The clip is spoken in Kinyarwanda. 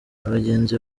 abagenzi